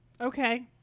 Okay